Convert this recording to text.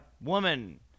Woman